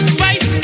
fight